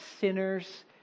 sinners